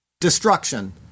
destruction